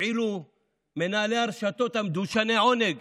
הפעילו מנהלי הרשתות מדושני העונג